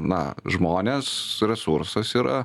na žmonės resursas yra